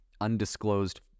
undisclosed